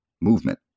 movement